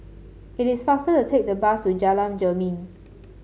it is faster to take the bus to Jalan Jermin